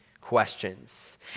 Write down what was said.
questions